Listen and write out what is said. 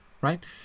right